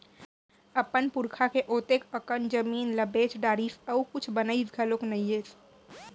अपन पुरखा के ओतेक अकन जमीन ल बेच डारिस अउ कुछ बनइस घलोक नइ हे